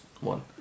one